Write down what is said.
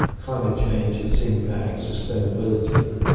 climate change, its impacts, sustainability,